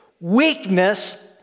Weakness